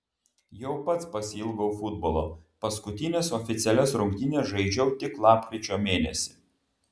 jau pats pasiilgau futbolo paskutines oficialias rungtynes žaidžiau tik lapkričio mėnesį